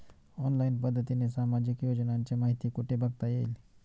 Online पद्धतीने सामाजिक योजनांची माहिती कुठे बघता येईल?